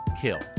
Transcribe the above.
Kill